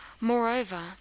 Moreover